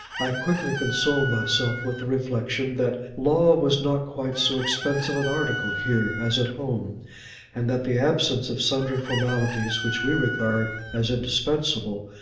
i quickly consoled myself with the reflection that law was not quite so expensive an article here, as at home and that the absence of sundry formalities which we regard as indispensable,